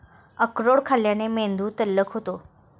अक्रोड खाल्ल्याने मेंदू तल्लख होतो